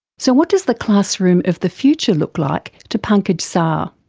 so what does the classroom of the future look like to pankaj sah?